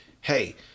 Hey